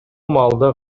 маалда